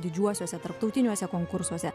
didžiuosiuose tarptautiniuose konkursuose